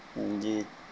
جی